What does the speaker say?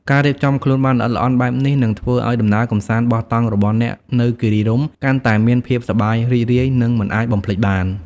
ការរៀបចំខ្លួនបានល្អិតល្អន់បែបនេះ នឹងធ្វើឲ្យដំណើរកម្សាន្តបោះតង់របស់អ្នកនៅគិរីរម្យកាន់តែមានភាពសប្បាយរីករាយ និងមិនអាចបំភ្លេចបាន។